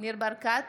ניר ברקת,